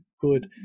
good